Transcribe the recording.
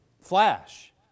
flash